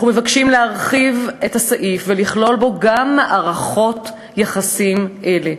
אנחנו מבקשים להרחיב את הסעיף ולכלול בו גם מערכות יחסים אלה.